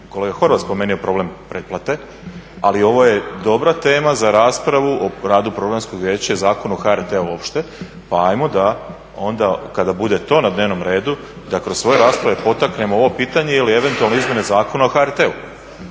kolega Horvat spomenuo problem pretplate, ali ovo je dobra tema za raspravo u radu Programskog vijeća i Zakonu o HRT-u uopće. Pa ajmo onda kada to bude na dnevnom redu da kroz svoje rasprave potaknemo ovo pitanje ili eventualno izmjene Zakona o HRT-u